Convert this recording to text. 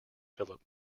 philip